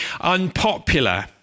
unpopular